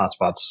hotspots